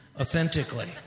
authentically